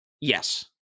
Yes